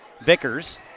Vickers